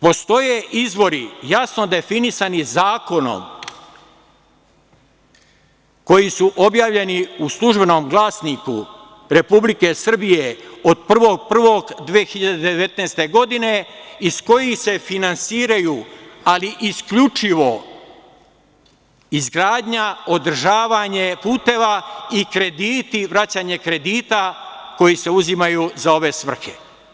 Postoje izvori, jasno definisani zakonom, koji su objavljeni u Službenom glasniku Republike Srbije od 1. januara 2019. godine, iz kojih se finansiraju, ali isključivo izgradnja, održavanje puteva i krediti, vraćanje kredita koji se uzimaju za ove svrhe.